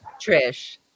Trish